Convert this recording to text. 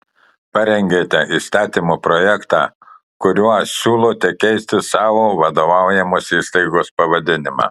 parengėte įstatymo projektą kuriuo siūlote keisti savo vadovaujamos įstaigos pavadinimą